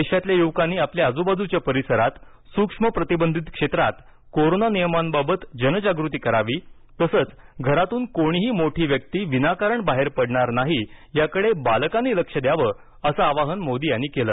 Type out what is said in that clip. देशातल्या युवकांनी आपल्या आजूबाजूच्या परिसरात सूक्ष्म प्रतिबंधित क्षेत्रात कोरोना नियमांबाबत जनजागृती करावी तसंच घरातून कोणीही मोठी व्यक्ती विनाकारण बाहेर पडणार नाही याकडे बालकांनी लक्ष द्यावं असं आवाहन मोदी यांनी केलं